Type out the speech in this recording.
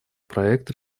проект